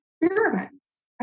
experiments